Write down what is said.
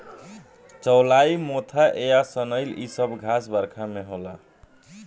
चौलाई मोथा आ सनइ इ सब घास बरखा में होला